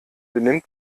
benimmt